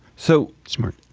so smart